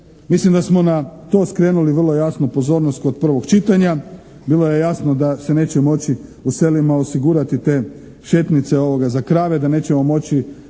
Mislim da smo na to skrenuli vrlo jasnu pozornost kod prvog čitanja. Bilo je jasno da se neće moći u selima osigurati te šetnjice za krave, da nećemo moći